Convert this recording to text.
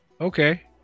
Okay